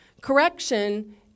Correction